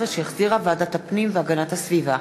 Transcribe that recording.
2014, שהחזירה ועדת הפנים והגנת הסביבה,